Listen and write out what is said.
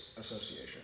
Association